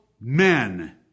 men